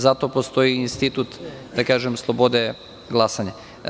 Zato postoji institut, da kažem, slobode glasanja.